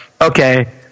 okay